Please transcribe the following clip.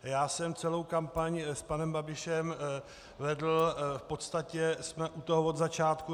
Já jsem celou kampaň s panem Babišem vedl, v podstatě jsme u toho od začátku.